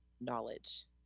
knowledge